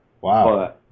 wow